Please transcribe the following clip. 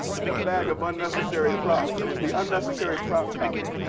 had a bag of unnecessary props. i was the unnecessary prop comic.